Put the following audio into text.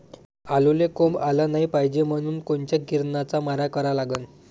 आलूले कोंब आलं नाई पायजे म्हनून कोनच्या किरनाचा मारा करा लागते?